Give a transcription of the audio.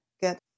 get